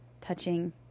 touching